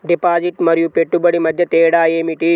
Deposit మరియు పెట్టుబడి మధ్య తేడా ఏమిటి?